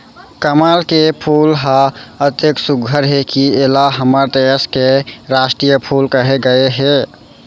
कमल के फूल ह अतेक सुग्घर हे कि एला हमर देस के रास्टीय फूल कहे गए हे